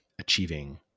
achieving